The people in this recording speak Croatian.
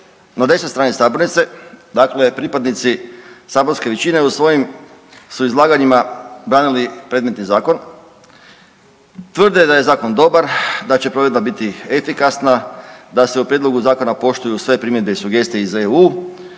na desnoj strani sabornice, dakle pripadnici saborske većine u svojim su izlaganjima branili predmetni zakon. Tvrde da je zakon dobar, da će provedba biti efikasna, da se u prijedlogu zakona poštuju sve primjedbe i sugestije iz EU,